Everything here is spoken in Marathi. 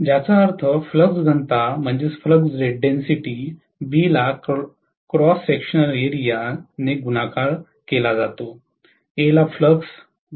ज्याचा अर्थ फ्लक्स घनता B ला क्रॉस सेक्शनल एरिया ने गुणाकार केला जातो A मला फ्लक्स देईल